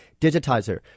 digitizer